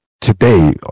today